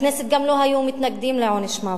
בכנסת גם לא היו מתנגדים לעונש מוות.